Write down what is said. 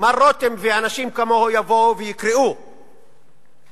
מר רותם ואנשים כמוהו יבואו ויקראו לשלילה